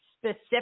specific